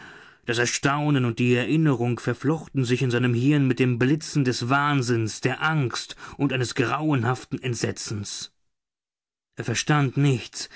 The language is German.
das erstaunen und die erinnerung verflochten sich in seinem hirn mit dem blitzen des wahnsinns der angst und eines grauenhaften entsetzens er verstand nichts